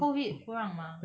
COVID 不让吗